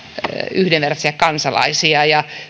yhdenvertaisia kansalaisia ja